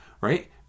right